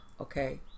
okay